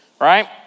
right